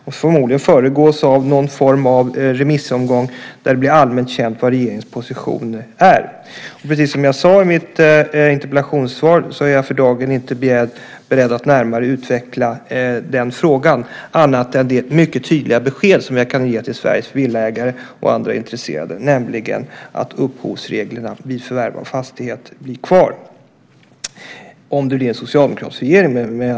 Det kommer förmodligen att föregås av någon form av remissomgång där det blir allmänt känt vad regeringens position är. Precis som jag sade i mitt interpellationssvar är jag för dagen inte beredd att närmare utveckla den frågan, annat än det mycket tydliga besked jag kan ge till Sveriges villaägare och andra intresserade, nämligen att uppskovsreglerna vid förvärv av fastighet blir kvar - med andra ord om det blir en socialdemokratisk regering.